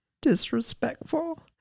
disrespectful